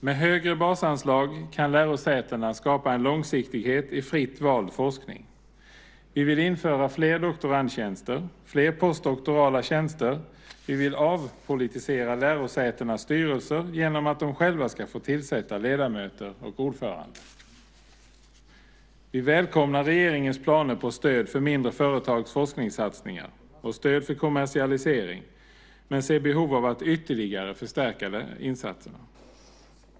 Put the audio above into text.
Med högre basanslag kan lärosätena skapa en långsiktighet i fritt vald forskning. Vi vill införa fler doktorandtjänster och fler postdoktorala tjänster, och vi vill avpolitisera lärosätenas styrelser genom att de själva ska få tillsätta ledamöter och ordförande. Vi välkomnar regeringens planer på stöd för mindre företags forskningssatsningar och stöd för kommersialisering men ser behov av att ytterligare förstärka insatserna.